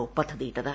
O പദ്ധതിയിട്ടത്